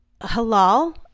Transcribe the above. Halal